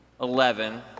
eleven